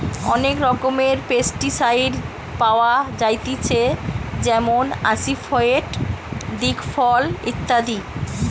অনেক রকমের পেস্টিসাইড পাওয়া যায়তিছে যেমন আসিফেট, দিকফল ইত্যাদি